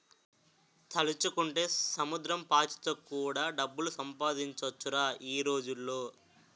తలుచుకుంటే సముద్రం పాచితో కూడా డబ్బులు సంపాదించొచ్చురా ఈ రోజుల్లో